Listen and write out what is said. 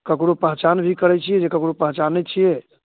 ककरो पहचान भी करै छियै जे ककरो पहचानै छियै